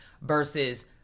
versus